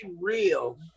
real